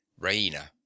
raina